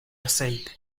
aceite